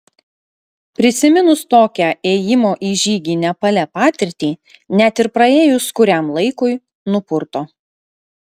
prisiminus tokią ėjimo į žygį nepale patirtį net ir praėjus kuriam laikui nupurto